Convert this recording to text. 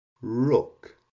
rook